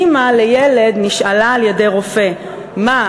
אימא לילד נשאלה על-ידי רופא: מה,